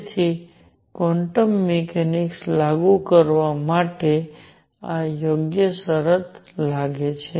તેથી quantum mechanics લાગુ કરવા માટે આ યોગ્ય શરત લાગે છે